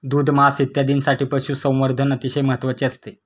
दूध, मांस इत्यादींसाठी पशुसंवर्धन अतिशय महत्त्वाचे असते